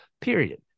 period